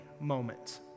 moment